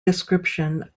description